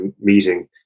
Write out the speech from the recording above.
meeting